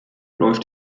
läuft